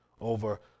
over